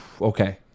okay